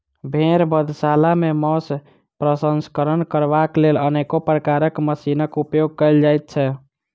भेंड़ बधशाला मे मौंस प्रसंस्करण करबाक लेल अनेको प्रकारक मशीनक उपयोग कयल जाइत छै